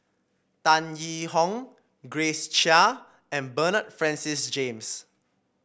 Tan Yee Hong Grace Chia and Bernard Francis James